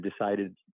decided